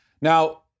Now